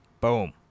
Boom